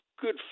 good